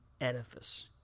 edifice